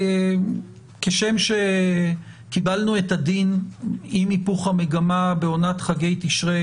כשם שקיבלנו את הדין עם היפוך המגמה בעונת חגי תשרי